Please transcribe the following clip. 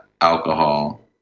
alcohol